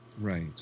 right